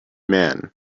man